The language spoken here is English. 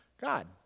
God